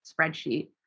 spreadsheet